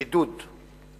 בידוד.